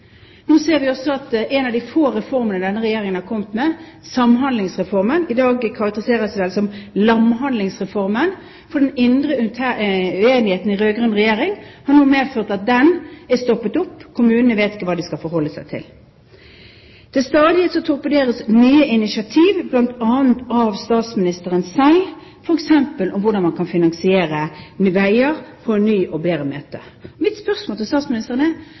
Nå ser vi også at en av de få reformene denne regjeringen har kommet med, Samhandlingsreformen, i dag vel kan karakteriseres som «lamhandlingsreformen», fordi den indre uenigheten i den rød-grønne regjerningen nå har medført at den har stoppet opp, og kommunene vet ikke hva de skal forholde seg til. Til stadighet torpederes nye initiativ bl.a. av statsministeren selv, f.eks. om hvordan man kan finansiere veier på en ny og bedre måte. Mitt spørsmål til statsministeren er: